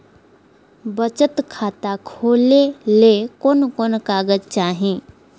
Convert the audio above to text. बचत खाता खोले ले कोन कोन कागज चाही?